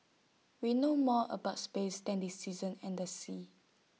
we know more about space than the seasons and the seas